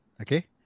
Okay